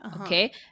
okay